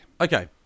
Okay